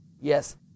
Yes